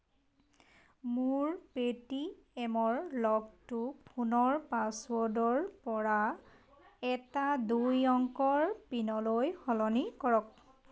মোৰ পে'টিএমৰ লকটো ফোনৰ পাছৱৰ্ডৰপৰা এটা দুই অংকৰ পিনলৈ সলনি কৰক